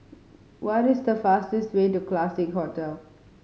what is the fastest way to Classique Hotel